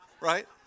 right